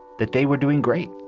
that they were doing great